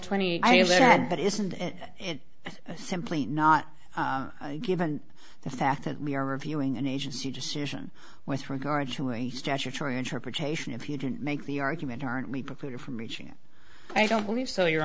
later but isn't it simply not given the fact that we are reviewing an agency decision with regard to a statutory interpretation if you didn't make the argument aren't we precluded from reaching it i don't believe so your